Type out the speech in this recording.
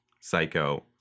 Psycho